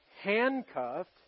handcuffed